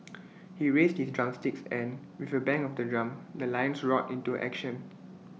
he raised his drumsticks and with A bang of the drum the lions roared into action